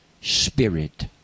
spirit